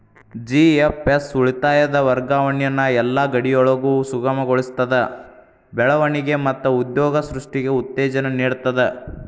GFS ಉಳಿತಾಯದ್ ವರ್ಗಾವಣಿನ ಯೆಲ್ಲಾ ಗಡಿಯೊಳಗು ಸುಗಮಗೊಳಿಸ್ತದ, ಬೆಳವಣಿಗೆ ಮತ್ತ ಉದ್ಯೋಗ ಸೃಷ್ಟಿಗೆ ಉತ್ತೇಜನ ನೇಡ್ತದ